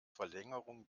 verlängerung